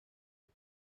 for